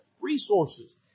resources